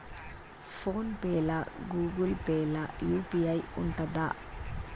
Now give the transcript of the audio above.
Phone pay లా Google Pay లా UPI ఉంటదా?